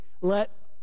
let